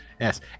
yes